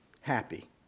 happy